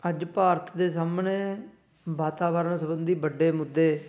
ਅੱਜ ਭਾਰਤ ਦੇ ਸਾਹਮਣੇ ਵਾਤਾਵਰਨ ਸਬੰਧੀ ਵੱਡੇ ਮੁੱਦੇ